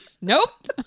Nope